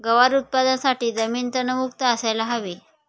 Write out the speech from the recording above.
गवार उत्पादनासाठी जमीन तणमुक्त असायला हवी